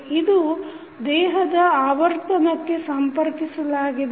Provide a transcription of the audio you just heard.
ಇದು ದೇಹದ ಆವರ್ತನಕ್ಕೆ ಸಂಪರ್ಕಿಸಲಾಗಿದೆ